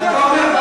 אתה אומר,